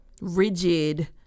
rigid